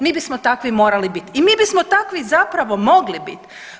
Mi bismo takvi morali biti i mi bismo takvi zapravo mogli biti.